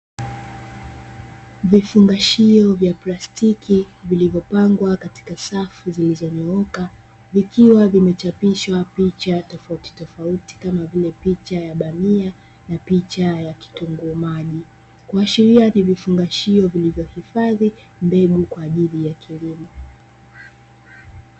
Vifungashio vya plastiki vilivyopangwa katika safu zilizonyooka, vikiwa vimechapishwa picha tofautitofauti kama vile picha ya bamia na picha ya kitunguu maji. Kuashiria ni vifungashio vilivyohifadhi mbegu kwa ajili ya kilimo.